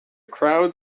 crowd